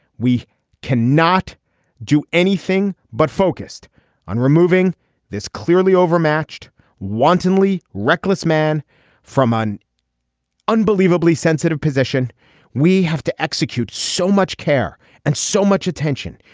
we can not do anything but focused on removing this clearly overmatched wantonly reckless man from an unbelievably sensitive position we have to execute so much care and so much attention.